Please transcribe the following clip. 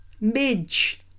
Midge